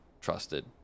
trusted